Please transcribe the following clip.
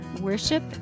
worship